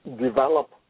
develop